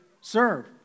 serve